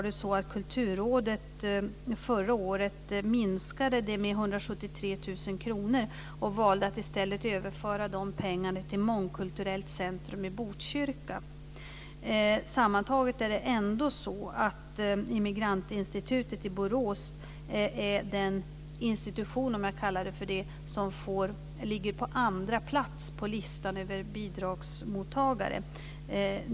173 000 kr och valde att föra över pengarna till Immigrantinstitutet i Borås den institution som ligger på andra plats på listan över bidragsmottagare.